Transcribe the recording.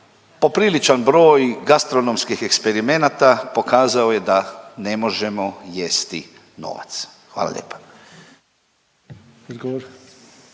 popriličan broj gastronomskih eksperimenata pokazao je da ne možemo jesti novac. Hvala lijepa.